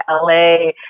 LA